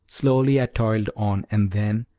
slowly i toiled on, and then,